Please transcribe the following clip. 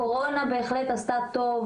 הקורונה בהחלט עשתה טוב,